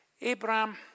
Abraham